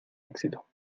éxito